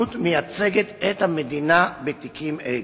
הפרקליטות מייצגת את המדינה בתיקים אלה.